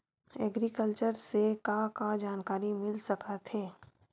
Agriculture से का का जानकारी मिल सकत हे?